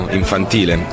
infantile